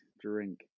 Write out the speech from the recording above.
drink